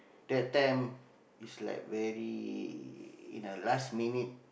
that time is like very in a last minute